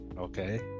okay